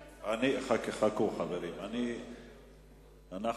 חברים, חכו.